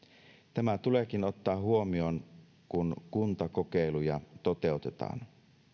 tämä tuleekin ottaa huomioon kun kuntakokeiluja toteutetaan